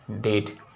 date